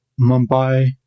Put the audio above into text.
Mumbai